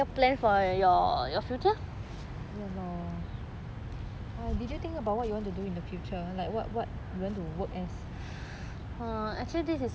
ya lor !hais! did you think about what you want to do in the future like what what you want to work as